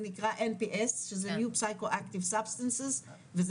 זה נקרא NPS שזה New Psychoactive Substances וזה